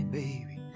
baby